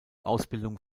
ausbildung